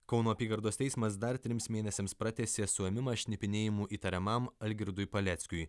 kauno apygardos teismas dar trims mėnesiams pratęsė suėmimą šnipinėjimu įtariamam algirdui paleckiui